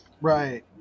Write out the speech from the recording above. right